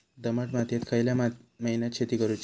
दमट मातयेत खयल्या महिन्यात शेती करुची?